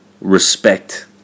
respect